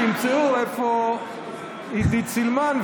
שימצאו איפה עידית סילמן,